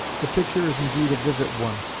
the picture is indeed a vivid one,